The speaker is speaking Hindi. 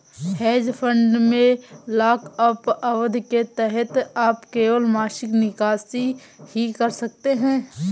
हेज फंड में लॉकअप अवधि के तहत आप केवल मासिक निकासी ही कर सकते हैं